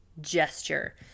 gesture